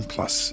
Plus